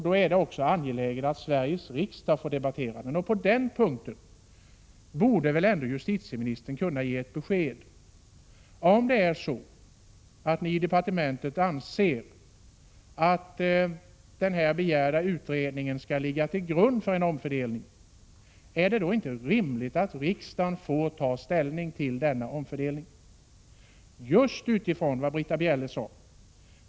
Då är det också angeläget att Sveriges riksdag får debattera den. Och på den punkten borde väl justitieministern ändå kunna ge ett besked. Om ni i departementet anser att den begärda utredningen skall ligga till grund för en omfördelning, är det då inte rimligt att riksdagen får ta ställning till denna omfördelning, just utifrån vad Britta Bjelle sade?